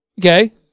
Okay